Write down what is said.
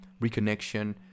reconnection